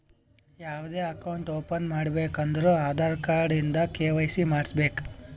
ಯಾವ್ದೇ account open ಮಾಡ್ಬೇಕ ಅಂದುರ್ ಆಧಾರ್ ಕಾರ್ಡ್ ಇಂದ ಕೆ.ವೈ.ಸಿ ಮಾಡ್ಸಬೇಕ್